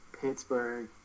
Pittsburgh